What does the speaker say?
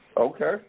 Okay